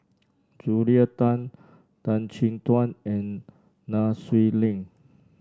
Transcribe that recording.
Julia Tan Tan Chin Tuan and Nai Swee Leng